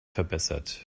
verbessert